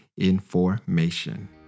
information